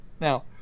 now